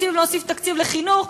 רוצים להוסיף תקציב לחינוך,